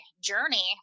journey